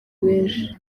benshi